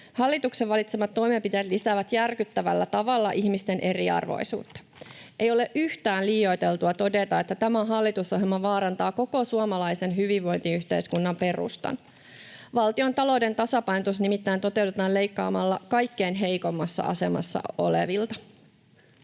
Hallituksen valitsemat toimenpiteet lisäävät järkyttävällä tavalla ihmisten eriarvoisuutta. Ei ole yhtään liioiteltua todeta, että tämä hallitusohjelma vaarantaa koko suomalaisen hyvinvointiyhteiskunnan perustan — valtiontalouden tasapainotus nimittäin toteutetaan leikkaamalla kaikkein heikoimmassa asemassa olevilta.